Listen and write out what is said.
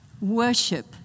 Worship